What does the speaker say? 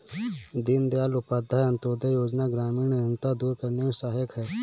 दीनदयाल उपाध्याय अंतोदय योजना ग्रामीण निर्धनता दूर करने में सहायक है